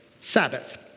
Sabbath